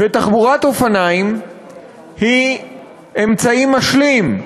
תחבורת אופניים היא אמצעי משלים,